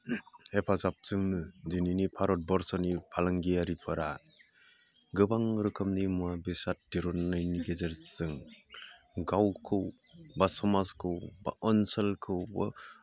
हेफाजाबजोंनो दिनैनि भारतबर्सनि फालांगियारिफोरा गोबां रोखोमनि मुवा बेसाद दिहुननायनि गेजेरजों गावखौ बा समाजखौ बा ओनसोलखौ बा